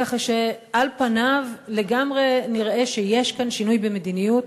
ככה שעל פניו לגמרי נראה שיש כאן שינוי במדיניות,